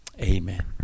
Amen